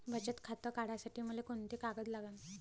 बचत खातं काढासाठी मले कोंते कागद लागन?